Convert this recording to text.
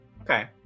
Okay